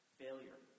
failure